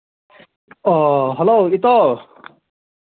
ꯑꯣ ꯍꯜꯂꯣ ꯏꯇꯥꯎ